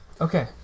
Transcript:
okay